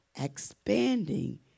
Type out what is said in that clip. expanding